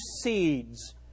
seeds